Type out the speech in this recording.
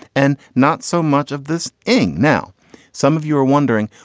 and not so much of this ng. now some of you are wondering,